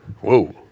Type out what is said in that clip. Whoa